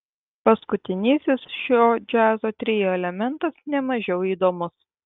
paskutinysis šio džiazo trio elementas ne mažiau įdomus